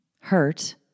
hurt